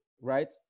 right